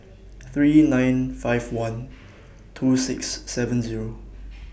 three nine five one two six seven Zero